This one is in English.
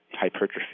hypertrophy